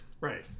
Right